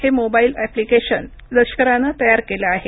हे mobile application लष्करानं तयार केलं आहे